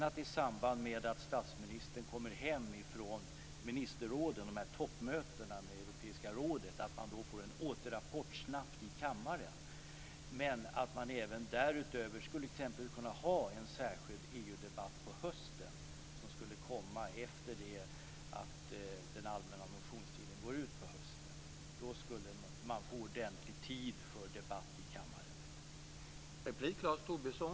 I samband med att statsministern kommer hem från toppmötena i europeiska rådet är det viktigt att man snabbt får en återrapport i kammaren. Därutöver skulle man kunna ha en särskild EU-debatt på hösten efter den allmänna motionstidens slut. Då skulle det bli ordentligt med tid för debatt i kammaren.